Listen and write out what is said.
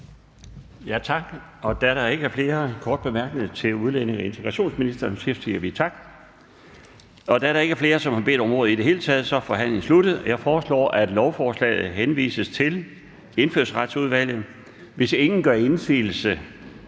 Tak. Da der ikke er flere korte bemærkninger til udlændinge- og integrationsministeren, siger vi tak til ministeren. Da der ikke er flere, som har bedt om ordet i det hele taget, er forhandlingen sluttet. Jeg foreslår, at lovforslaget henvises til Indfødsretsudvalget. Hvis ingen gør indsigelse,